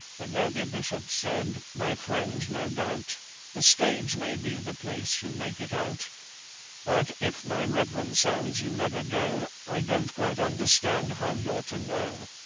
the worthy bishop said, my friend, no doubt the stage may be the place you make it out but if, my reverend sowls, you never go, i don't quite understand how you're to know.